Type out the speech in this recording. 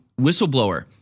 whistleblower